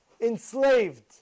enslaved